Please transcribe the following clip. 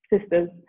Sisters